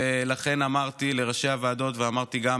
ולכן אמרתי לראשי הוועדות ואמרתי גם